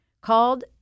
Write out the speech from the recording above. called